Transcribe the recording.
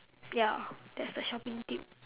ya that's the shopping tip